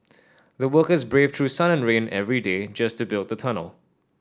the workers braved through sun and rain every day just to build the tunnel